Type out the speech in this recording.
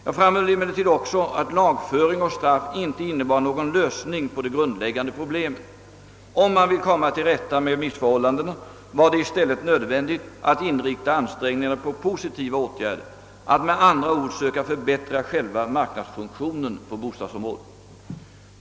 Jag framhöll emellertid också att lagföring och straff inte innebar någon lösning på det grundläggande problemet. Om man vill komma till rätta med missförhållandena var det i stället nödvändigt att inrikta ansträngningarna på positiva åtgärder, med andra ord att försöka förbättra själva marknadsfunktionen på bostadsområdet.